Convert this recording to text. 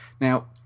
Now